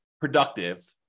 productive